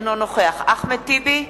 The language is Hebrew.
אינו נוכח אחמד טיבי,